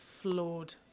flawed